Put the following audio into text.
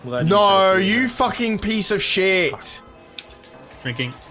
know are you fucking piece of shit thinking?